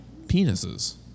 penises